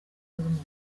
z’umubiri